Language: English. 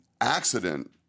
accident